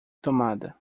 tomada